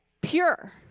pure